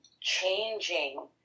changing